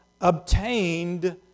obtained